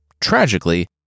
tragically